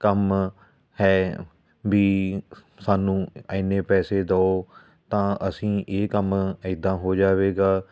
ਕੰਮ ਹੈ ਵੀ ਸਾਨੂੰ ਇੰਨੇ ਪੈਸੇ ਦਓ ਤਾਂ ਅਸੀਂ ਇਹ ਕੰਮ ਇੱਦਾਂ ਹੋ ਜਾਵੇਗਾ